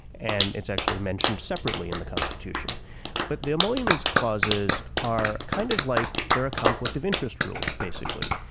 and it's actually mentioned separately in the constitution but the emoluments clauses are kind of like they're a conflict of interest rule basically.